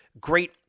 great